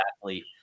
athlete